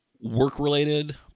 Work-related